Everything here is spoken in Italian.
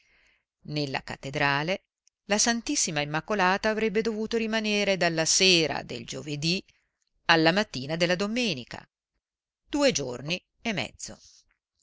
nella cattedrale la ss immacolata avrebbe dovuto rimanere dalla sera del giovedì alla mattina della domenica due giorni e mezzo